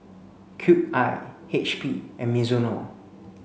Cube I H P and Mizuno